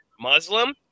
Muslim